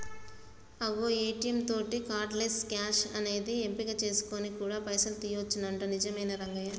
అగో ఏ.టీ.యం తోటి cardless cash అనేది ఎంపిక చేసుకొని కూడా పైసలు తీయొచ్చునంట నిజమేనా రంగయ్య